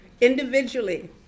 individually